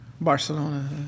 Barcelona